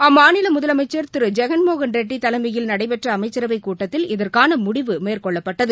பும்மாநிலமுதலமைச்சர் திருஜெகன்மோகன் ரெட்டிதலைமையில் நடைபெற்றஅமைச்சரவைக் கூட்டத்தில் இதற்கானமுடிவு மேற்கொள்ளப்பட்டது